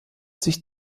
sich